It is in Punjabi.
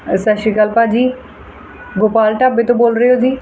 ਸਤਿ ਸ਼੍ਰੀ ਅਕਾਲ ਭਾਅ ਜੀ ਗੋਪਾਲ ਢਾਬੇ ਤੋ ਬੋਲ ਰਹੇ ਓ ਜੀ